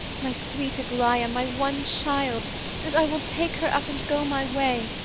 my sweet aglaia, my one child and i will take her up and go my way,